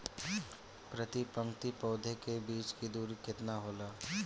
प्रति पंक्ति पौधे के बीच की दूरी केतना होला?